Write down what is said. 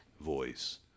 voice